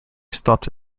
stopped